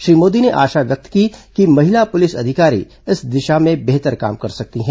श्री मोदी ने आशा व्यक्त की कि महिला पुलिस अधिकारी इस दिशा में बेहतर काम कर सकती हैं